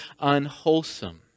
unwholesome